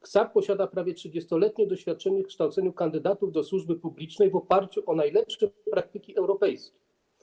KSAP posiada prawie 30-letnie doświadczenie w kształceniu kandydatów do służby publicznej w oparciu o najlepsze praktyki europejskie.